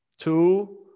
Two